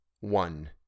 One